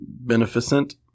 beneficent